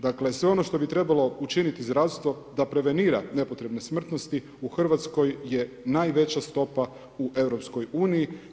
Dakle, sve ono što bi trebalo učiniti zdravstvo da prevenira nepotrebne smrtnosti u Hrvatskoj je najveća stopa u EU-u.